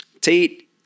Tate